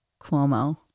cuomo